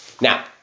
Now